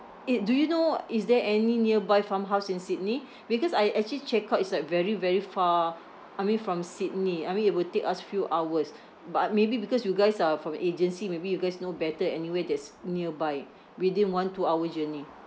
eh do you know is there any nearby farmhouse in sydney because I actually check out it's like very very far I mean from sydney I mean it will take us few hours but maybe because you guys are from agency maybe you guys know better anywhere that's nearby within one two hour journey